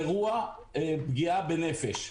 אירוע פגיעה בנפש.